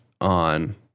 on